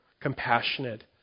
compassionate